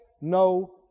no